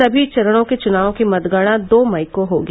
समी चरणों के चुनावों की मतगणना दो मई को होगी